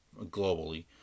globally